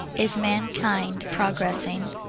is mankind progressing?